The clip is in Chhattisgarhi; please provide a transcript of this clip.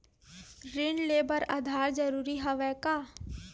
ऋण ले बर आधार जरूरी हवय का?